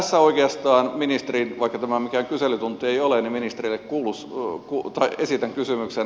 tästä oikeastaan vaikka tämä mikään kyselytunti ei ole ministerille esitän kysymyksen